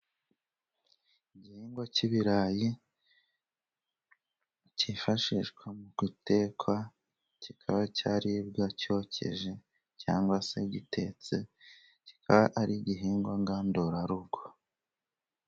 Igihingwa cy'ibirayi; cyifashishwa mu gutekwa, kikaba cyaribwa cyokeje, cyangwa se gitetse, kikaba ari igihingwa ngandurarugo.